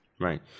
right